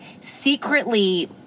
secretly